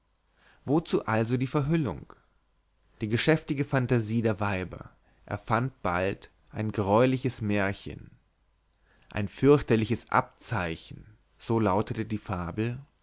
wozu also die verhüllung die geschäftige fantasie der weiber erfand bald ein greuliches märchen ein fürchterliches abzeichen so lautete die